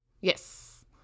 Yes